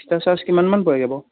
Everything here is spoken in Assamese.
তেতিয়া চাৰ্জ কিমানমান পৰেগৈ বাৰু